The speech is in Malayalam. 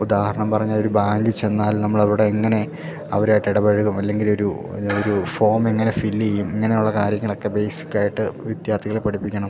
ഉദാഹരണം പറഞ്ഞാലൊരു ബാങ്കിൽ ചെന്നാൽ നമ്മളവിടെ എങ്ങനെ അവരായിട്ടിടപഴകും അല്ലെങ്കിലൊരു ഒരു ഒരു ഫോമെങ്ങനെ ഫിൽ ചെയ്യും ഇങ്ങനെയുള്ള കാര്യങ്ങളൊക്കെ ബേസിക്കായിട്ട് വിദ്യാർത്ഥികളെ പഠിപ്പിക്കണം